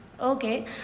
Okay